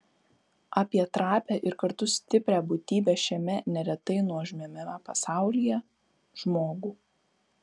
apie trapią ir kartu stiprią būtybę šiame neretai nuožmiame pasaulyje žmogų